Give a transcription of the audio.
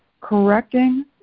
correcting